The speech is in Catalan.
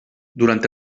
durant